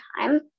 time